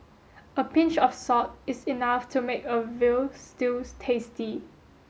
a pinch of salt is enough to make a veal stews tasty